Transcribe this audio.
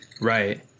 Right